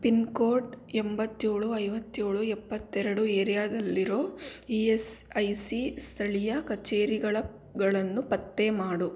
pin code ಎಂಬತ್ತೇಳು ಐವತ್ತೇಳು ಎಪ್ಪತ್ತೆರಡು ಏರಿಯಾದಲ್ಲಿರೋ ಇ ಎಸ್ ಐ ಸಿ ಸ್ಥಳೀಯ ಕಚೇರಿಗಳ ಗಳನ್ನು ಪತ್ತೆ ಮಾಡು